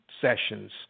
sessions